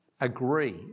agree